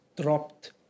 dropped